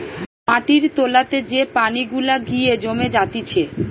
মাটির তোলাতে যে পানি গুলা গিয়ে জমে জাতিছে